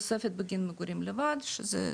התוספת בגין מגורים לבד שזה